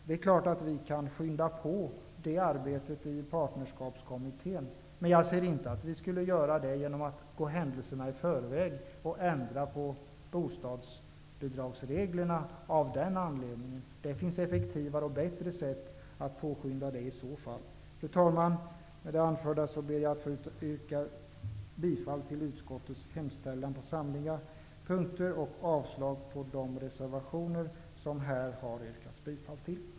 Det är klart att vi kan skynda på det arbetet i Partnerskapskommittén, men jag kan inte se att vi skulle göra det genom att gå händelserna i förväg och ändra på bostadsbidragsreglerna av den anledningen. Det finns i så fall effektivare och bättre sätt att påskynda utredningens arbete. Fru talman! Med det anförda ber jag att få yrka bifall till utskottets hemställan på samtliga punkter och avslag på de reservationer som här har yrkats bifall till.